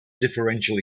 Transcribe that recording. differential